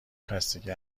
خستگی